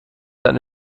eine